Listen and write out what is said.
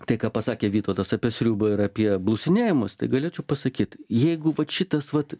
tai ką pasakė vytautas apie sriubą ir apie blusinėjimus tai galėčiau pasakyt jeigu vat šitas vat